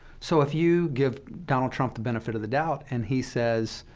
so if you give donald trump the benefit of the doubt, and he says,